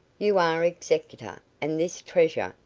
you are executor, and this treasure,